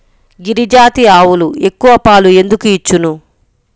గిరిజాతి ఆవులు ఎక్కువ పాలు ఎందుకు ఇచ్చును?